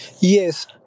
Yes